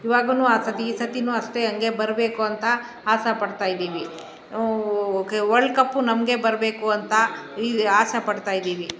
ಇವಾಗ್ಲೂನೂ ಆ ಸರ್ತಿ ಈ ಸರ್ತಿಯೂ ಅಷ್ಟೆ ಹಂಗೆ ಬರಬೇಕು ಅಂತ ಆಸೆ ಪಡ್ತಾಯಿದ್ದೀವಿ ವಲ್ಡ್ ಕಪ್ಪೂ ನಮಗೆ ಬರಬೇಕು ಅಂತ ಈ ಆಸೆ ಪಡ್ತಾಯಿದ್ದೀವಿ